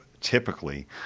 typically